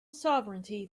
sovereignty